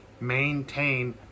maintain